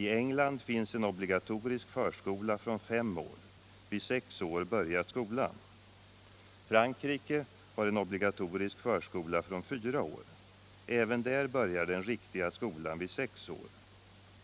I England finns en obligatorisk förskola från fem år. Vid sex års ålder börjar skolan. Frankrike har en obligatorisk förskola från fyra år. Även där börjar den ”riktiga” skolan vid sex år.